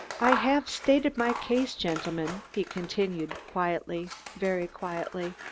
i have stated my case, gentlemen, he continued quietly, very quietly.